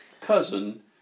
cousin